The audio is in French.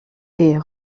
est